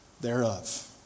thereof